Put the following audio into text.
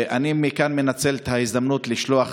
אני מכאן מנצל את ההזדמנות לשלוח